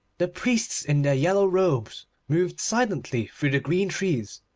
the priests in their yellow robes moved silently through the green trees,